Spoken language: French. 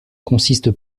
consiste